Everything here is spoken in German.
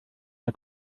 der